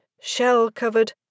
shell-covered